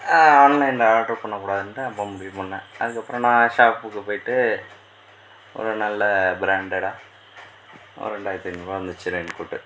ஆன்லைன்ல ஆர்டர் பண்ண கூடாதுன்ட்டு அப்போது முடிவு பண்னேன் அதுக்கப்புறம் நான் ஷாப்புக்கு போய்ட்டு ஒரு நல்ல பிராண்ட்டடாக ஒரு ரெண்டாயிரத்தி ஐநூறுபா வந்துச்சு ரெயின் கோட்